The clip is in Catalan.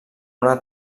una